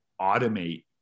automate